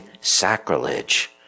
sacrilege